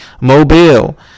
Mobile